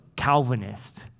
Calvinist